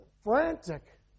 Frantic